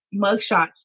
Mugshots